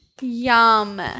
Yum